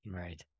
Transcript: Right